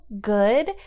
good